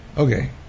Okay